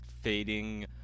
fading